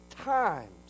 times